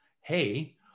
Hey